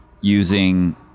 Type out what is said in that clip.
using